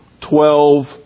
twelve